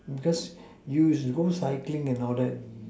because you go cycling and all that